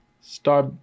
Start